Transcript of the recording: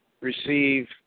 receive